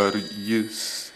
ar jis